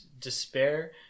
despair